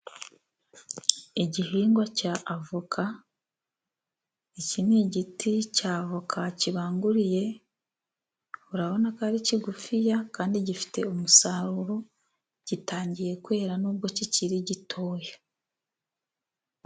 Igihingwa cy'avoka, iki ni igiti cy'avoka kibanguriye. Urabona ko ari kigufiya kandi gifite umusaruro. Gitangiye kwera nubwo kikiri gitoya.